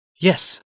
Yes